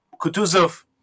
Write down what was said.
Kutuzov